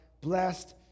Blessed